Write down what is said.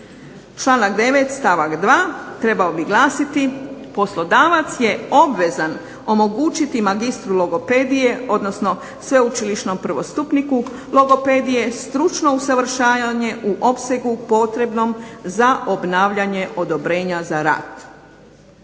Članak 9. stavak 2. trebao bi glasiti, poslodavac je obvezan omogućiti magistru logopedije odnosno sveučilišnom prvostupniku logopedije stručno usavršavanje u opsegu potrebnom za obnavljanje odobrenja za rad.